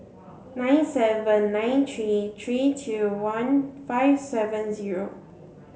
nine seven nine three three two one five seven zero